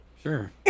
Sure